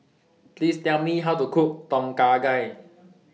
Please Tell Me How to Cook Tom Kha Gai